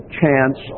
chance